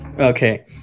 Okay